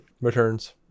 returns